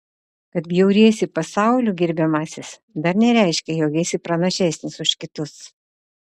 kad bjauriesi pasauliu gerbiamasis dar nereiškia jog esi pranašesnis už kitus